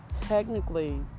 technically